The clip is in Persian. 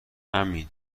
امین